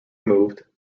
removed